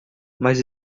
mas